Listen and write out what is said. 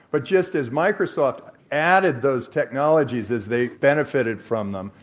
but just as microsoft added those technologies as they benefited from them,